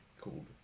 called